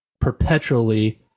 perpetually